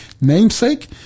namesake